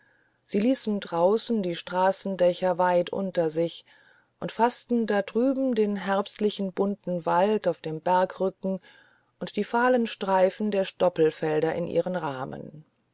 sie ließen draußen die straßendächer weit unter sich und faßten da drüben den herbstlichen bunten wald auf dem bergrücken und die fahlen streifen der stoppelfelder in ihren rahmen